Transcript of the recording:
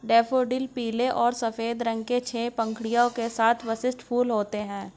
daffodil पीले और सफ़ेद रंग के छह पंखुड़ियों के साथ विशिष्ट फूल होते हैं